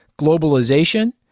Globalization